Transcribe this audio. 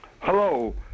Hello